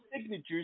signatures